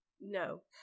No